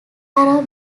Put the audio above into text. are